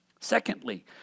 Secondly